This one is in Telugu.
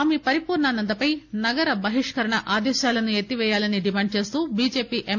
స్వామి పరిపూర్ణానందపై నగర బహిష్కరణ ఆదేశాలను ఎత్తివేయాలని డిమాండ్ చేస్తూ బిజెపి ఎమ్